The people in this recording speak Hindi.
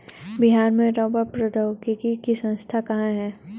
बिहार में रबड़ प्रौद्योगिकी का संस्थान कहाँ है?